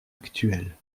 actuelle